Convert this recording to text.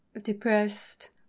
depressed